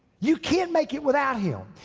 you can't make it without him.